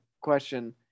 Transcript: question